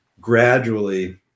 gradually